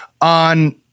on